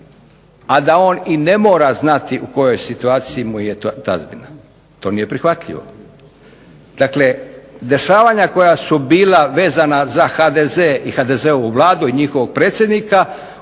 a da on i ne mora znati u kojoj situaciji mu je tazbina. To nije prihvatljivo. Dakle, dešavanja koja su bila vezana za HDZ i za HDZ-ovu vladu od njihovog predsjednika